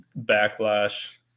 backlash